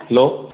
hello